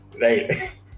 right